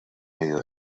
medio